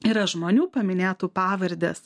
yra žmonių paminėtų pavardės